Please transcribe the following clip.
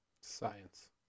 science